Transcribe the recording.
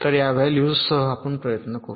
तर या व्हॅल्यूज सह आपण प्रयत्न करू